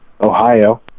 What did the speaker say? Ohio